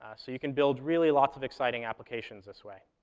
ah so you can build really lots of exciting applications this way.